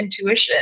intuition